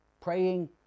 Praying